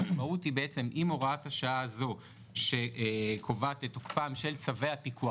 המשמעות אם תפקע הוראת השעה הזאת שקובעת את תוקפם של צווי הפיקוח